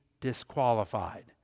disqualified